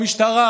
במשטרה,